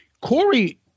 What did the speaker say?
Corey